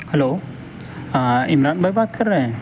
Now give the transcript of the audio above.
hello ہاں عمران بھائی بات کر رہے ہیں